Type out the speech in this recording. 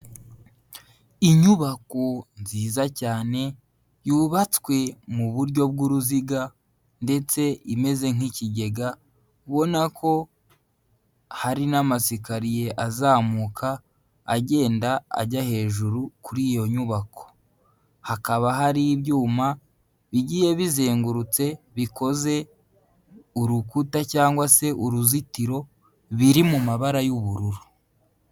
Inyubako nziza cyane yubatswe mu buryo bw'uruziga ndetse imeze nk'ikigega ubona ko hari n'amasikariye azamuka agenda ajya hejuru kuri iyo nyubako. Hakaba hari ibyuma bigiye bizengurutse bikoze urukuta cyangwa se uruzitiro biri mu mabara y'ubururu.